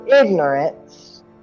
ignorance